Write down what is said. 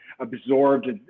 absorbed